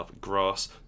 Grass